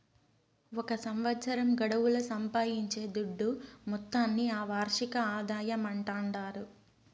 ఒక సంవత్సరం గడువుల సంపాయించే దుడ్డు మొత్తాన్ని ఆ వార్షిక ఆదాయమంటాండారు